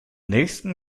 nächsten